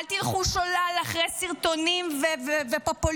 אל תלכו שולל אחרי סרטונים ופופוליסטיות,